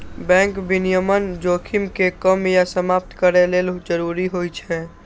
bank विनियमन जोखिम कें कम या समाप्त करै लेल जरूरी होइ छै